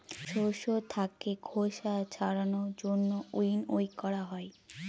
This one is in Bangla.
শস্য থাকে খোসা ছাড়ানোর জন্য উইনউইং করা হয়